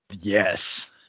Yes